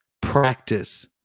practice